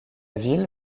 ville